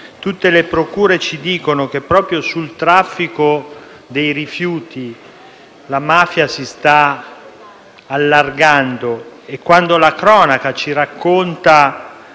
tutte le procure ci dicono che proprio sul traffico dei rifiuti la mafia si sta allargando e la cronaca ci racconta